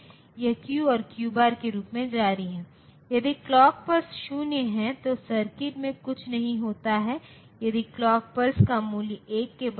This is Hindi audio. तो एक को हाई लॉजिक लेवल कहा जाता है और दूसरे को लौ लॉजिक लेवल कहा जाता है